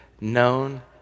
known